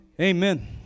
Amen